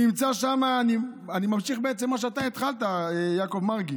אני ממשיך בעצם את מה שאתה התחלת, יעקב מרגי,